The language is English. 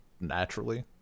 naturally